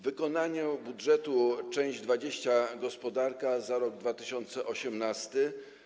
Wykonanie budżetu, część 20: Gospodarka za rok 2018.